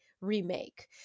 remake